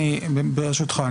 ברשותך,